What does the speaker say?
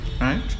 Right